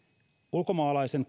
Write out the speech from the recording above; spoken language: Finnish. ulkomaalaisen